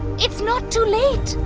it's not too late.